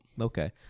Okay